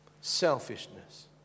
Selfishness